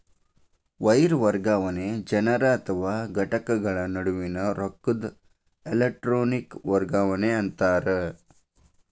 wire ವರ್ಗಾವಣೆ ಜನರ ಅಥವಾ ಘಟಕಗಳ ನಡುವಿನ್ ರೊಕ್ಕದ್ ಎಲೆಟ್ರೋನಿಕ್ ವರ್ಗಾವಣಿ ಅಂತಾರ